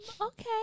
Okay